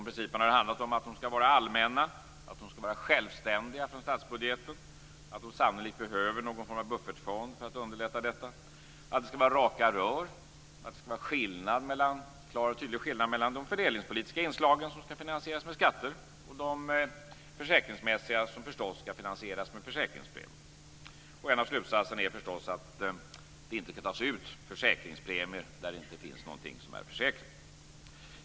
Principerna går ut på att försäkringarna skall vara allmänna, att de skall vara självständiga från statsbudgeten, att det sannolikt behövs någon form av buffertfond för att underlätta detta, att det skall vara raka rör samt att det skall vara en klar och tydlig skillnad mellan de fördelningspolitiska inslagen som skall finansieras med skatter och de försäkringsmässiga som skall finansieras med försäkringspremier. En av slutsatserna är förstås att det inte skall tas ut några försäkringspremier där det inte finns något som är försäkrat. Herr talman!